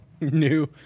New